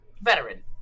veteran